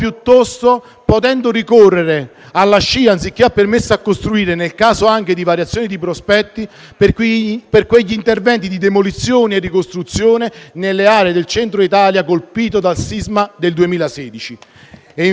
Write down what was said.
inizio attività (SCIA), anziché al permesso a costruire, nel caso anche di variazione di prospetti, per quegli interventi di demolizione e ricostruzione nelle aree del Centro Italia colpite dal sisma del 2016.